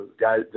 guys